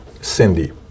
Cindy